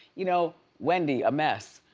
you know, wendy a mess,